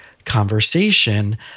conversation